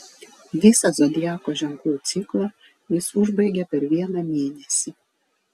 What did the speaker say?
visą zodiako ženklų ciklą jis užbaigia per vieną mėnesį